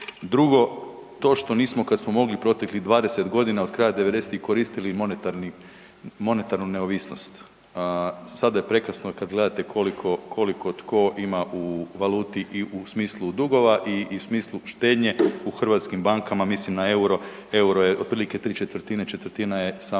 Drugo, to što nismo kad smo mogli proteklih 20.g., od kraja '90.-tih koristili monetarni, monetarnu neovisnost. Sada je prekasno i kad gledate koliko, koliko tko ima u valuti i u smislu dugova i u smislu štednje u hrvatskim bankama, mislim na EUR-o, EUR-o je otprilike ¾, četvrtina je samo u kunama